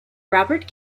robert